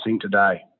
today